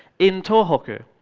in tohoku.